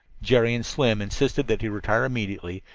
jerry and slim insisted that he retire immediately,